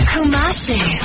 Kumasi